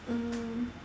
mm